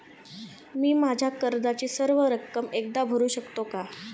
मी माझ्या कर्जाची सर्व रक्कम एकदा भरू शकतो का?